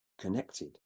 connected